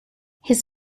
his